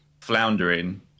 floundering